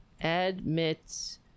admits